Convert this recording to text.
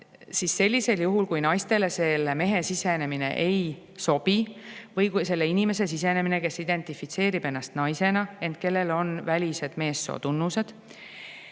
meessuguelundid, ja naistele selle mehe sisenemine ei sobi – või selle inimese sisenemine, kes identifitseerib ennast naisena, ent kellel on välised meessootunnused